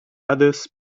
others